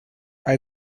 eye